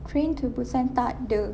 train to busan tak ada